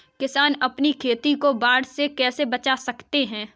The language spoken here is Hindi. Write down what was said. किसान अपनी खेती को बाढ़ से कैसे बचा सकते हैं?